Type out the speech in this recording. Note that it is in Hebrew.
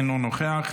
אינו נוכח,